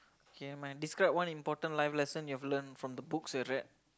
K never mind describe one important life lesson you have learnt from the books you read